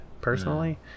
personally